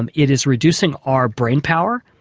and it is reducing our brain power,